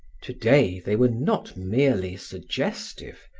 today they were not merely suggestive,